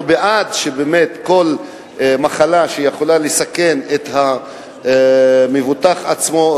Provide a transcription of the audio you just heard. אנחנו בעד שכל מחלה שיכולה לסכן את המבוטח עצמו,